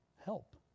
help